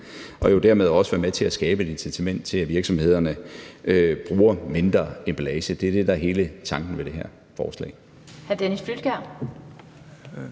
og jo dermed også være med til at skabe et incitament til, at virksomhederne bruger mindre emballage. Det er det, der er hele tanken bag det her forslag.